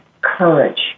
courage